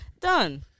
done